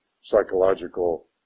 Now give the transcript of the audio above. psychological